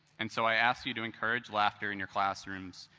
and so i ask you to encourage laughter in your classrooms,